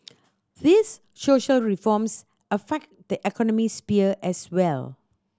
these social reforms affect the economic sphere as well